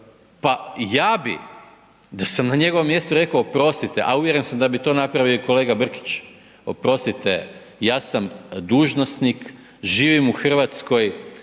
Pa ja bi da sam na njegovom mjestu rekao oprostite, a uvjeren sam da bio to napravio i kolega Brkić, oprostite ja sam dužnosnik, živim u Hrvatskoj